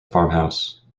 farmhouse